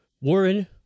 Warren